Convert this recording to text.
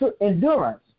endurance